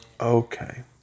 okay